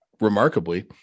remarkably